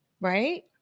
right